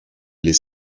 les